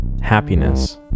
happiness